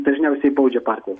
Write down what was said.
dažniausiai baudžia partijas